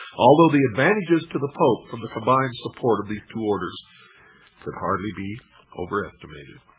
although the advantages to the pope um the combined support of these two orders could hardly be overestimated.